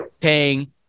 paying